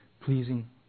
pleasing